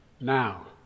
Now